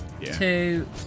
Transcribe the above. two